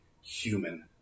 human